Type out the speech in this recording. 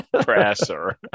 Presser